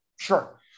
Sure